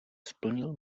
splnil